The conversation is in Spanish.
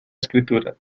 escritura